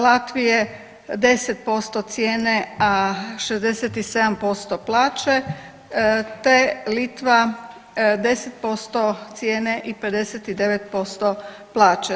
Latvije 10% cijene, a 67% plaće te Litva 10% cijene i 59% plaće.